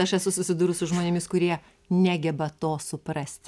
aš esu susidūrus su žmonėmis kurie negeba to suprasti